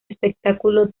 espectáculo